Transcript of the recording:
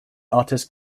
artist